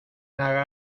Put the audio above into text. haga